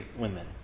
women